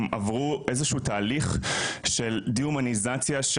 הם עברו איזשהו תהליך של דה-הומניזציה,